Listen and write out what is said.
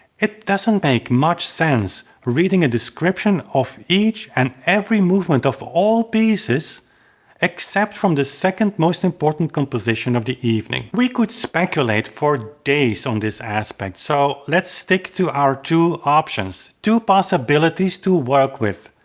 it doesn't make much sense reading a description of each and every movement of all pieces except from the second most important composition of the evening. we could speculate for days on this aspect, so let's stick to our two options, two possibilities to work with.